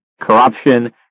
corruption